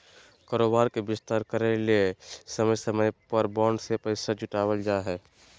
कारोबार के विस्तार करय ले समय समय पर बॉन्ड से पैसा जुटावल जा हइ